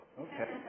Okay